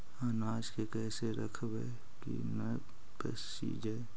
अनाज के कैसे रखबै कि न पसिजै?